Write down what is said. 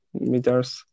meters